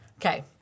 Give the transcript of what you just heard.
Okay